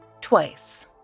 twice